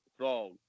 wrong